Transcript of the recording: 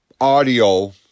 audio